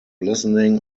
listening